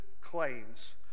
claims